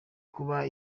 kuba